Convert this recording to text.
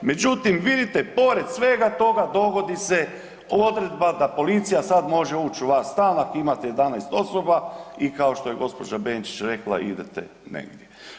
Međutim, vidite pored svega toga dovodi se odredba da policija sad može uć u vaš stan ako imate 11 osoba i kao što je gđa. Benčić rekla idete negdje.